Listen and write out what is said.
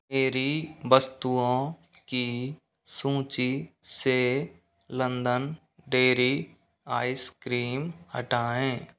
मेरी वस्तुओं की सूची से लंदन डेरी आइस क्रीम हटाएँ